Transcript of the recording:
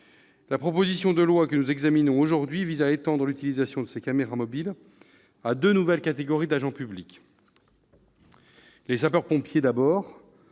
la proposition de loi que nous examinons aujourd'hui vise à étendre l'utilisation de ces caméras mobiles à deux nouvelles catégories d'agents publics. Les sapeurs-pompiers, d'abord,